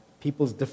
people's